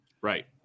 Right